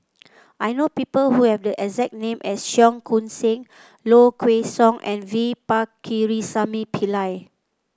I know people who have the exact name as Cheong Koon Seng Low Kway Song and V Pakirisamy Pillai